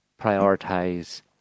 prioritize